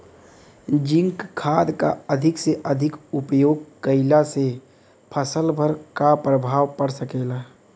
Zinc खाद क अधिक से अधिक प्रयोग कइला से फसल पर का प्रभाव पड़ सकेला?